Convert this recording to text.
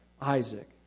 Isaac